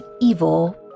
evil